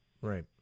right